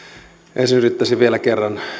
ensin yrittäisin vielä kerran